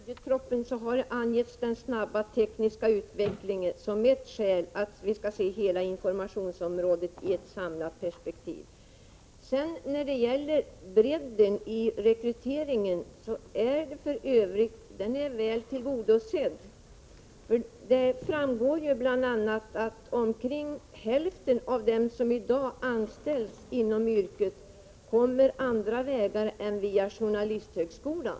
Herr talman! I budgetpropositionen har den snabba tekniska utvecklingen angetts som ett skäl till att vi skall se hela informationsområdet i ett samlat perspektiv. Bredden i rekryteringen är väl tillgodosedd. Omkring hälften av dem som i dag anställs inom journalistyrket kommer dit på andra vägar än via journalisthögskolan.